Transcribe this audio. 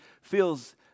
feels